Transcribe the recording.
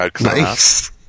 Nice